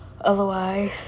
otherwise